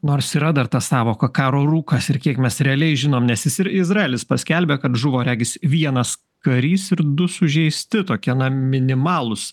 nors yra dar ta sąvoka karo rūkas ir kiek mes realiai žinom nes jis ir izraelis paskelbė kad žuvo regis vienas karys ir du sužeisti tokie minimalūs